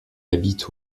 habite